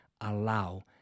allow